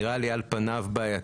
נראית לי על פניו בעייתית.